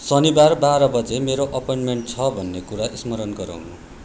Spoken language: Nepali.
शनिवार बाह्र बजे मेरो अप्वइन्टमेन्ट छ भन्ने कुरा स्मरण गराउनु